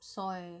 soy